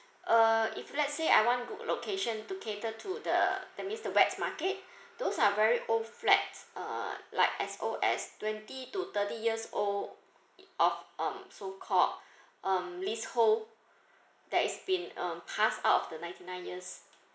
uh if let's say I want location to cater to the that means the wet market those are very old flat uh like as old as twenty to thirty years old it of um so called um leasehold that is been um past out of ninety nine years